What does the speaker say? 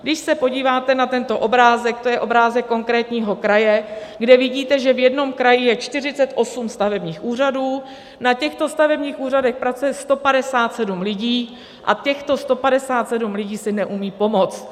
Když se podíváte na tento obrázek, to je obrázek konkrétního kraje, kde vidíte, že v jednom kraji je 48 stavebních úřadů, na těchto stavebních úřadech pracuje 157 lidí a těchto 157 lidí si neumí pomoct.